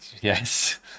Yes